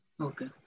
Okay